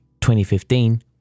2015